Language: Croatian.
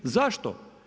Zašto?